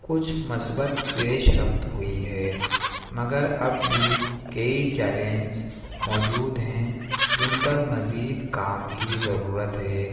کچھ مثبت پیش رفت ہوئی ہے مگر اب بھی کئی چیلنز موجود ہیں جن پر مزید کام کی ضرورت ہے